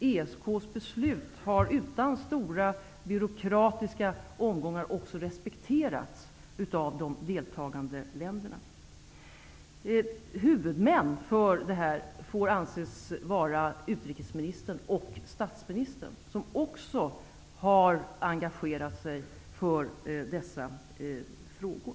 ESK:s beslut har utan stora byråkratiska omgångar också respekterats av de deltagande länderna. Huvudmän för det här får anses vara utrikesministern och statsministern, som också har engagerat sig i dessa frågor.